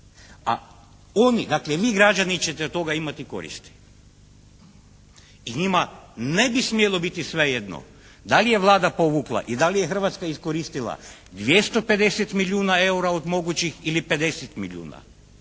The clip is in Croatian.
a oni, dakle vi građani ćete od toga imati koristi i njima ne bi smjelo biti sve jedno da li je Vlada povukla i da li je Hrvatska iskoristila 250 milijuna eura od mogućih ili 50 milijuna.